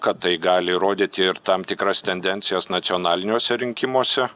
kad tai gali rodyti ir tam tikras tendencijas nacionaliniuose rinkimuose